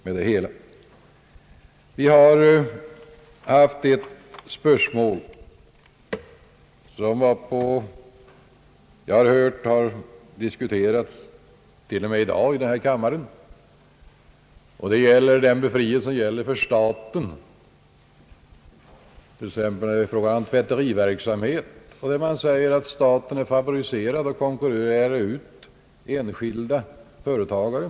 Ett spörsmål, som jag t.o.m. har hört diskuteras i denna kammare i dag, är befrielse från mervärdeskatt för staten, i fråga om t.ex. tvätteriverksamhet. Det påstås att staten är favoriserad och konkurrerar ut enskilda företagare.